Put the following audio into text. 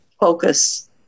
focus